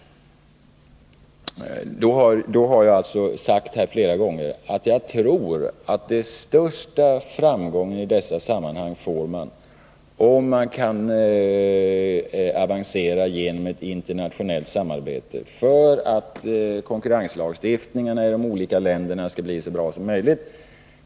Jag har flera gånger sagt att jag tror att man får den största framgången i dessa sammanhang om man kan avancera genom ett internationellt samarbete, för att konkurrenslagstiftningen i de olika länderna skall bli så bra som möjligt.